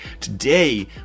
Today